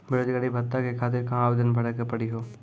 बेरोजगारी भत्ता के खातिर कहां आवेदन भरे के पड़ी हो?